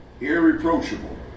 Irreproachable